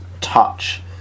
touch